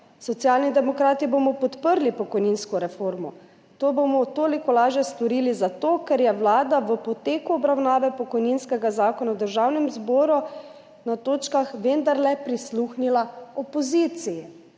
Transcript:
Socialni demokrati bomo podprli pokojninsko reformo. To bomo toliko lažje storili zato, ker je vlada v poteku obravnave pokojninskega zakona v Državnem zboru na točkah vendarle prisluhnila opoziciji.«